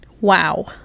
wow